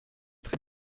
très